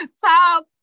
Talk